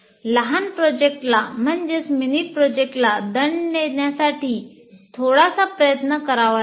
लहान प्रोजेक्टला दंड देण्यासाठी थोडासा प्रयत्न करावा लागतो